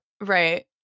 right